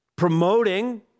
promoting